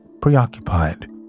preoccupied